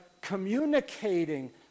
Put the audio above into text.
communicating